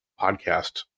podcast